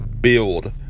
build